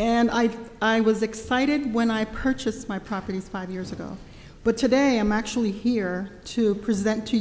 and i i was excited when i purchased my property five years ago but today i'm actually here to present to